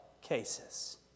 cases